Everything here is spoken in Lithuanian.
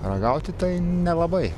ragauti tai nelabai